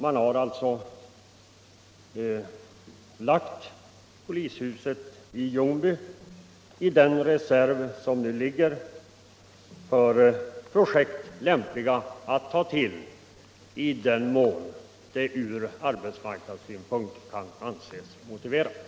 Polishusprojektet i Ljungby ligger alltså i en reserv av projekt som kan vara lämpliga att ta till i den mån det från arbetsmarknadssynpunkt kan anses motiverat.